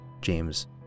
James